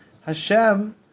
Hashem